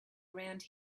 around